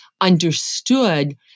understood